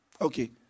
Okay